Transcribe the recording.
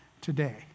today